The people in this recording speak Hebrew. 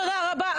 תודה רבה,